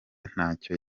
ntacyo